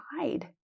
hide